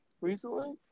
Recently